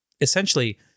essentially